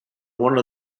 one